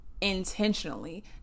intentionally